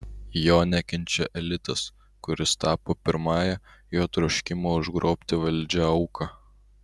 jo nekenčia elitas kuris tapo pirmąja jo troškimo užgrobti valdžią auka